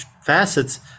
facets